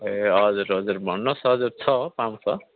ए हजुर हजुर भन्नुहोस् हजुर छ पाउँछ